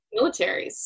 militaries